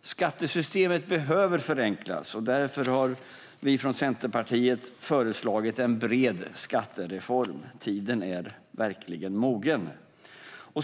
Skattesystemet behöver förenklas, och därför har vi i Centerpartiet föreslagit en bred skattereform. Tiden är verkligen mogen.